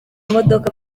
imodoka